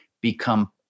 become